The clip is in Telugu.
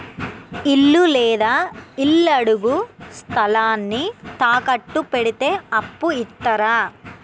ఇల్లు లేదా ఇళ్లడుగు స్థలాన్ని తాకట్టు పెడితే అప్పు ఇత్తరా?